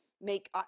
make